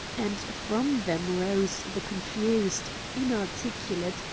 and from them rose the confused, inarticulate,